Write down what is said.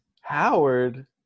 Howard